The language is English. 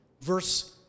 verse